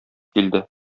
килде